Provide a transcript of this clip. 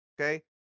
Okay